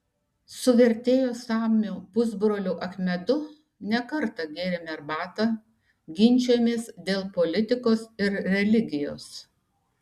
su vertėjo samio pusbroliu achmedu ne kartą gėrėme arbatą ginčijomės dėl politikos ir religijos